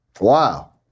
Wow